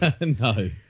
no